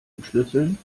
entschlüsseln